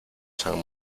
san